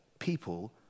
People